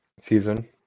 season